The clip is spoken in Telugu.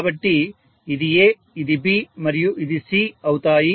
కాబట్టి ఇది A ఇది B మరియు ఇది C అవుతాయి